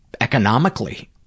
economically